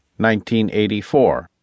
1984